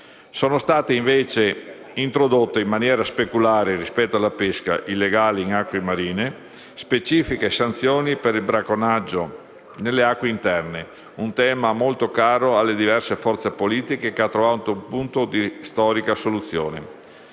Sono state invece introdotte, in maniera speculare rispetto alla pesca illegale in acque marine, specifiche sanzioni per il bracconaggio nelle acque interne: un tema molto caro alle diverse forze politiche, che ha trovato un punto di storica soluzione.